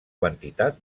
quantitat